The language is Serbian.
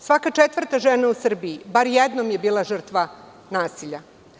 Svaka četvrta žena u Srbiji bar jednom je bila žrtva nasilja.